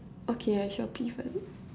okay I shall pee first